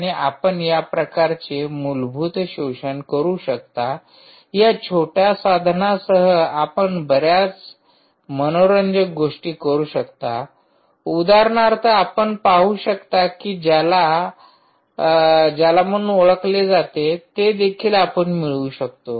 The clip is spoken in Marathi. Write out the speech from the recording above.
आणि आपण या प्रकारचे यासारखे मूलभूत शोषण करू शकता या छोट्या साधनासह आपण बर्याच मनोरंजक गोष्टी करू शकता उदाहरणार्थ आपण पाहू शकता की ज्याला म्हणून ओळखले जाते ते देखील आपण मिळवू शकतो